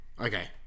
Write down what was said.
Okay